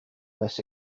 less